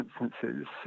instances